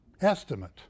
estimate